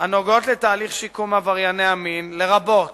הנוגעות לתהליך שיקום עברייני המין, לרבות